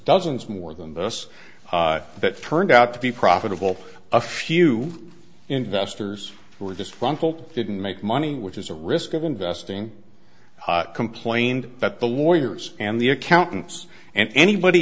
dozens more than this that turned out to be profitable a few investors were disgruntled didn't make money which is a risk of investing complained that the lawyers and the accountants and anybody